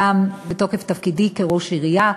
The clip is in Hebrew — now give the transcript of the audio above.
גם מתוקף תפקידי כראש עירייה,